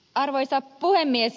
arvoisa puhemies